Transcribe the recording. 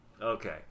Okay